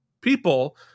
people